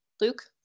Luke